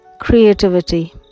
creativity